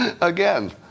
Again